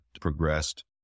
progressed